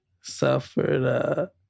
suffered